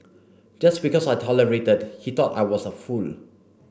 just because I tolerated he thought I was a fool